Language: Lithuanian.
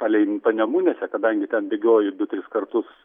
palei panemunėse kadangi ten bėgioju du tris kartus